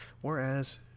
Whereas